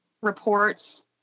reports